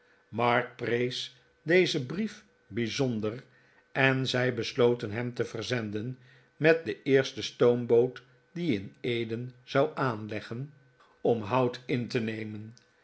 mark prees dezen brief bijzonder en zij besloten hem te verzenden met de eerste stoomboot die in eden zou aanleggen om hout in te nemen